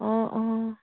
অঁ অঁ